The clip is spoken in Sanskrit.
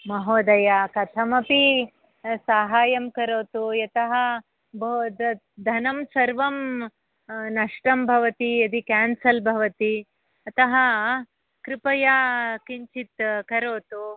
महोदय कथमपि साहाय्यं करोतु यतः धनं सर्वं नष्टं भवति यदि केन्सल् भवति अतः कृपया किञ्चित् करोतु